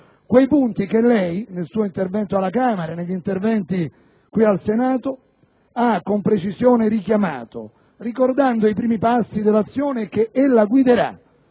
Quei punti che lei, nel suo intervento alla Camera e negli interventi qui al Senato, ha con precisione richiamato, ricordando i primi passi dell'azione che ella guiderà